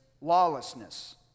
lawlessness